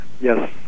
Yes